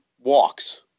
walks